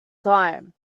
time